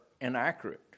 inaccurate